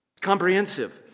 Comprehensive